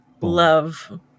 love